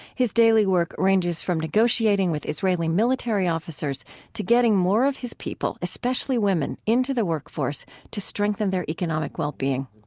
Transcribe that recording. his daily work ranges from negotiating with israeli military officers to getting more of his people especially women into the work force, to strengthen their economic well-being.